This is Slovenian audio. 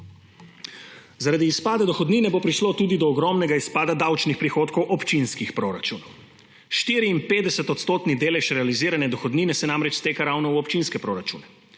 Zaradi izpada dohodnine bo prišlo tudi do ogromnega izpada davčnih prihodkov občinskih proračunov. 54-odstotni delež realizirane dohodnine se namreč steka ravno v občinske proračune.